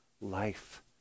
life